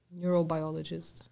neurobiologist